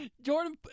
Jordan